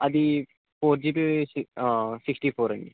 అది four GB సి sixty four అండి